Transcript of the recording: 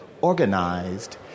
organized